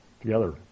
together